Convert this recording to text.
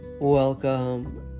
Welcome